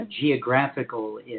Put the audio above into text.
geographical